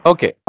Okay